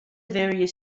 various